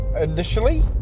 initially